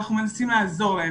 אנחנו מנסים לעזור להם,